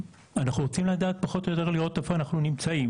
אנחנו רוצים לדעת פחות או יותר לראות איפה אנחנו נמצאים,